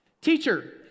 Teacher